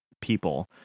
people